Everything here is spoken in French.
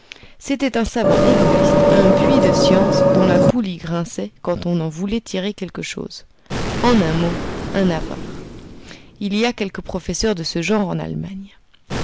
c'était un savant égoïste un puits de science dont la poulie grinçait quand on en voulait tirer quelque chose en un mot un avare il y a quelques professeurs de ce genre en allemagne